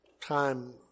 time